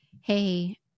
hey